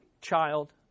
child